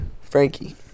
Frankie